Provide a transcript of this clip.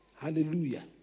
Hallelujah